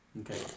Okay